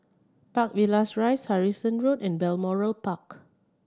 Park Villas Rise Harrison Road and Balmoral Park